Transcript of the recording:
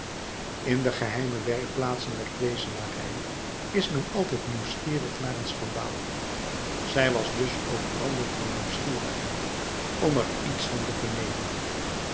in de geheime werkplaatsen der kwezelarij is men altijd nieuwsgierig naar een schandaal zij was dus ook brandend van nieuwsgierigheid om er iets van te vernemen